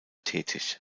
tätig